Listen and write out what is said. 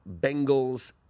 Bengals